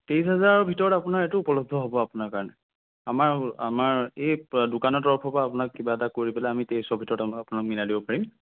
তেইছ হেজাৰৰ ভিতৰত আপোনাৰ এইটো উপলব্ধ হ'ব আপোনাৰ কাৰণে আমাৰ আমাৰ এই দোকানৰ তৰফৰ পৰা আপোনাক কিবা এটা কৰি পেলাই আমি তেইছৰ ভিতৰত আপোনাক মিলাই দিব পাৰিম